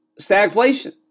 stagflation